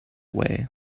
way